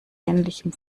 ähnlichem